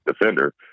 defender